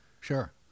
Sure